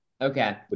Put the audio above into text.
Okay